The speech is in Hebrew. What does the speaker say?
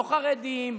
לא חרדים,